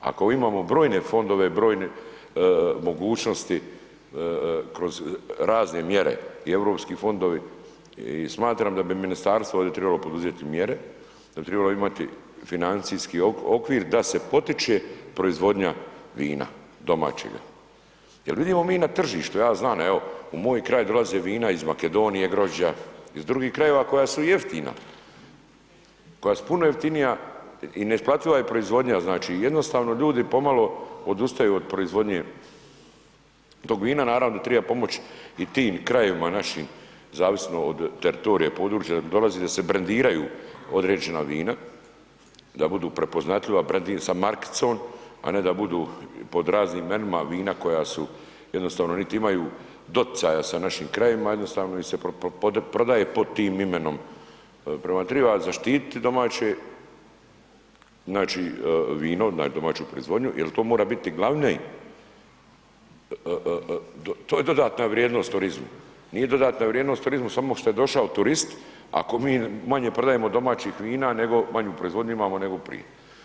Ako imamo brojne fondove, brojne mogućnosti kroz razne mjere i europski fondovi i smatram da bi ministarstvo ovdje trebalo poduzeti mjere, da bi trebalo imali financijski okvir da se potiče proizvodnja vina domaćega, jel vidimo mi na tržištu, ja znam evo, u moj kraj dolaze vina iz Makedonije grožđa iz drugih krajeva koja su jeftina, koja su puno jeftinija i neisplativa je proizvodnja, znači, jednostavno ljudi pomalo odustaju od proizvodnje tog vina, naravno, triba pomoć i tim krajevima našim zavisno od teritorija i područja odakle dolazi da se brendiraju određena vina, da budu prepoznatljiva, brendin sa markicom, a ne da budu pod raznim imenima vina koja su jednostavno niti imaju doticaja sa našim krajevima, jednostavno im se prodaje pod tim imenom, triba zaštitit domaće, znači, vino, domaću proizvodnju jel to mora biti glavni, to je dodatna vrijednost turizmu, nije dodatna vrijednost turizmu samo što je došao turist ako mi manje prodajemo domaćih vina, nego, manju proizvodnju imamo nego prije.